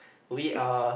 we are